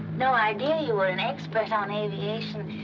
no idea you were an expert on aviation.